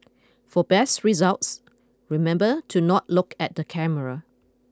for best results remember to not look at the camera